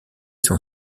sont